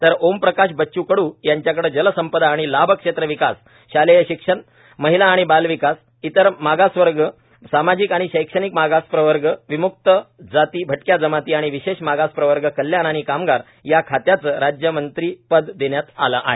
तर ओमप्रकाश बच्च् कड् यांच्याकडे जलसंपदा आणि लाभक्षेत्र विकास शालेय शिक्षण महिला आणि बालविकास इतर मागासवर्ग सामाजिक आणि शैक्षणिक मागासप्रवर्ग विम्क्त जाती भटक्या जमाती आणि विशेष मागासप्रवर्ग कल्याण आणि कामगार या खात्यांचं राज्यमंत्री पद देण्यात आलं आहे